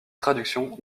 traductions